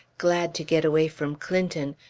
glad to get away from clinton,